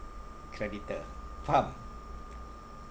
creditor faham